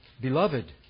Beloved